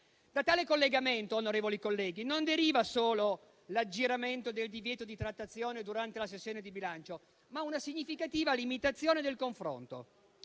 Da tale collegamento, onorevoli colleghi, deriva non solo l'aggiramento del divieto di trattazione durante la sessione di bilancio, ma anche una significativa limitazione del confronto